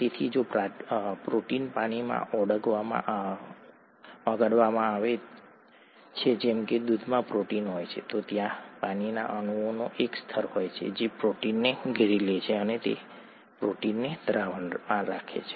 તેથી જો પ્રોટીન પાણીમાં ઓગળવામાં આવે છે જેમ કે દૂધમાં પ્રોટીન હોય છે તો ત્યાં પાણીના અણુઓનો એક સ્તર હોય છે જે પ્રોટીનને ઘેરી લે છે અને પ્રોટીનને દ્રાવણમાં રાખે છે